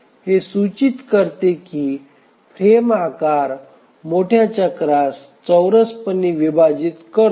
हे सूचित करते की फ्रेम आकार मोठ्या चक्रात चौरसपणे विभाजित करतो